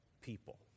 people